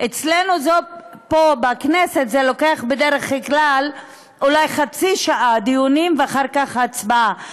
אצלנו פה בכנסת זה לוקח בדרך כלל אולי חצי שעה דיונים ואחר כך הצבעה,